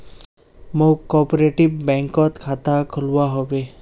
मौक कॉपरेटिव बैंकत खाता खोलवा हबे